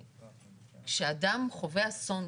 כאשר אדם חווה אסון,